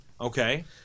Okay